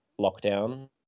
lockdown